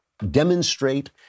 Demonstrate